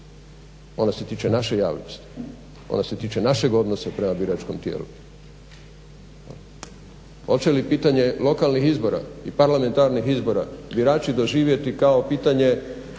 ona se tiče naše javnosti, ona se tiče našeg odnosa prema biračkom tijelu. Hoće li pitanje lokalnih izbora i parlamentarnih izbora birači doživjeti kao pitanje